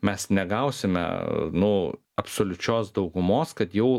mes negausime nu absoliučios daugumos kad jau